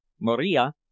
Maria